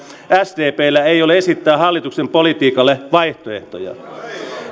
sdpllä ole esittää hallituksen politiikalle vaihtoehtoja